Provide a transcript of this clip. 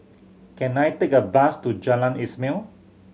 can I take a bus to Jalan Ismail